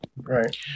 Right